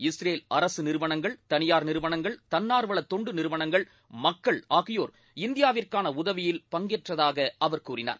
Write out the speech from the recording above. Israel அரசு நிறுவனங்கள் தனியார் நிறுவனங்கள் தன்னார்வல தொண்டு நிறுவனங்கள் மக்கள் ஆகியோர் இந்தியாவிற்கான உதவியில் பங்கேற்றதாக அவர் கூறினார்